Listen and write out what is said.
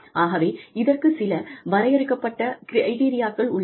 ஆகவே இதற்கு சில வரையறுக்கப்பட்ட கிரிட்டெரியாக்கள் உள்ளன